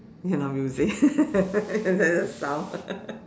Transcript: okay not music is that just sound